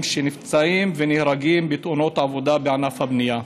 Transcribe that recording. שנפצעים ונהרגים בתאונות עבודה בענף הבנייה.